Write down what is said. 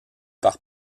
par